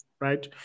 right